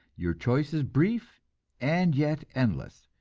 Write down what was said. your choice is brief and yet endless,